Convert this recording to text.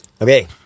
Okay